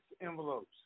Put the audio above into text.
envelopes